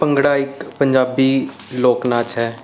ਭੰਗੜਾ ਇੱਕ ਪੰਜਾਬੀ ਲੋਕ ਨਾਚ ਹੈ